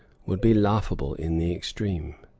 would be laughable in the extreme.